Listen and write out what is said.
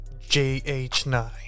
JH9